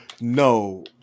No